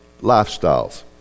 lifestyles